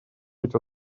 быть